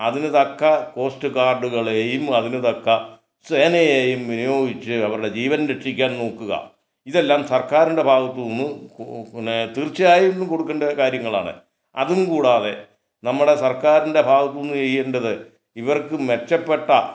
അതിന് തക്ക കോസ്റ്റ് ഗാർഡുകളെയും അതിന് തക്ക സേനയേയും വിനിയോഗിച്ച് അവരുടെ ജീവൻ രക്ഷിക്കാൻ നോക്കുക ഇതെല്ലാം സർക്കാരിൻ്റെ ഭാഗത്തു നിന്ന് പിന്നെ തീർച്ചയായും കൊടുക്കേണ്ട കാര്യങ്ങളാണ് അതും കൂടാതെ നമ്മുടെ സർക്കാരിൻ്റെ ഭാഗത്തു നിന്ന് ചെയ്യേണ്ടത് ഇവർക്ക് മെച്ചപ്പെട്ട